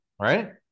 right